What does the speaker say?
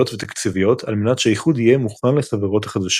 ותקציביות על מנת שהאיחוד יהיה מוכן לחברות החדשות.